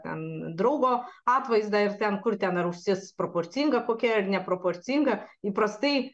ten draugo atvaizdą ir ten kur ten ar ausis proporcinga kokia neproporcinga įprastai